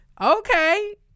okay